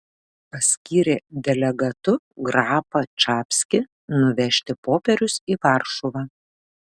paskyrė delegatu grapą čapskį nuvežti popierius į varšuvą